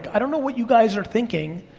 i don't know what you guys are thinking,